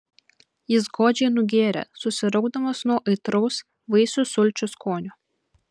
jis godžiai nugėrė susiraukdamas nuo aitraus vaisių sulčių skonio